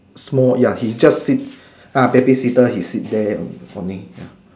small ya he just sit are baby sitter he sit there on only